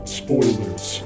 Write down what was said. spoilers